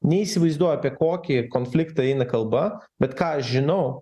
neįsivaizduoju apie kokį konfliktą eina kalba bet ką aš žinau